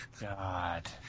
God